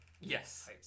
Yes